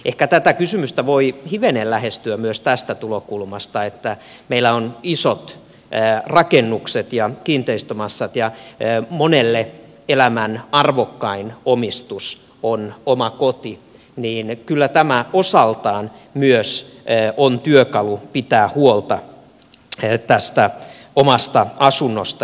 ehkä tätä kysymystä voi hivenen lähestyä myös tästä tulokulmasta että kun meillä on isot rakennukset ja kiinteistömassat ja monelle elämän arvokkain omistus on oma koti niin kyllä tämä osaltaan myös on työkalu pitää huolta tästä omasta asunnosta